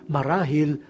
Marahil